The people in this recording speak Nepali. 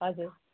हजुर